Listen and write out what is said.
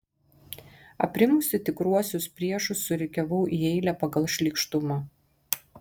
aprimusi tikruosius priešus surikiavau į eilę pagal šlykštumą